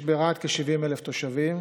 יש ברהט כ-70,000 תושבים.